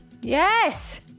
yes